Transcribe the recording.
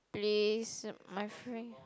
please my friend